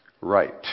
right